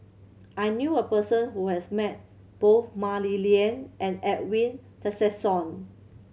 I knew a person who has met both Mah Li Lian and Edwin Tessensohn